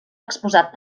exposat